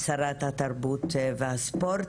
שרת התרבות והספורט,